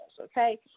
okay